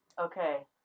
Okay